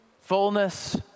fullness